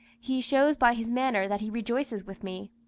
he shows by his manner that he rejoices with me.